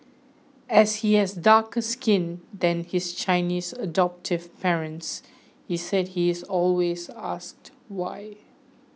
as he has darker skin than his Chinese adoptive parents he said he is always asked why